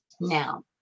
now